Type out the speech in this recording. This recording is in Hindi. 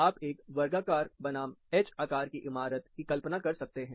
आप एक वर्गाकार बनाम एच आकार की इमारत की कल्पना कर सकते हैं